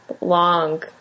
long